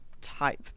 type